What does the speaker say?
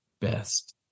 best